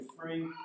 free